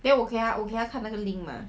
then 我给他看那个 link mah